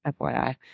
FYI